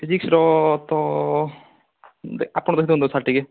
ଫିଜିକ୍ସର ତ ଆପଣ ଦେଖି ଦିଅନ୍ତୁ ସାର୍ ଟିକେ